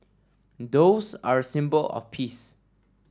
doves are a symbol of peace